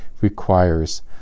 requires